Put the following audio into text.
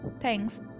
thanks